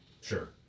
Sure